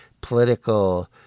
political